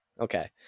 Okay